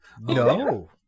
no